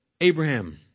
Abraham